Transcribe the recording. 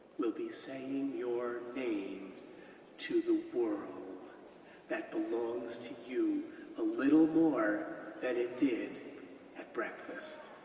will be saying your name to the world that belongs to you a little more than it did at breakfast.